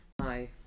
Hi